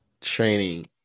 training